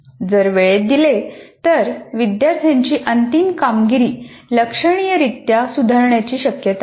जर वेळेत दिले तर विद्यार्थ्यांची अंतिम कामगिरी लक्षणीयरीत्या सुधारण्याची शक्यता आहे